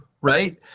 right